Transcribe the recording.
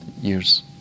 years